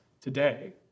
today